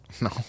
No